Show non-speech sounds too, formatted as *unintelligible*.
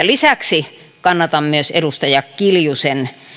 *unintelligible* lisäksi kannatan myös edustaja kiljusen